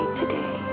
today